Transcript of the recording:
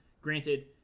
granted